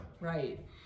Right